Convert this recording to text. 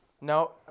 No